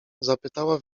zapytała